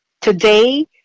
today